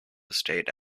estate